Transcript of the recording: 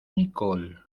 nicole